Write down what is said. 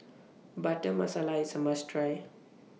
Butter Masala IS A must Try